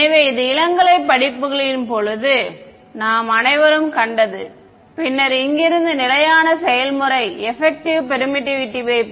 எனவே இது இளங்கலை படிப்புகளின் போது நாம் அனைவரும் கண்டது பின்னர் இங்கிருந்து நிலையான செயல்முறை எபக்ட்டிவ் பெர்மிட்டிவிட்டி யை